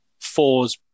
Four's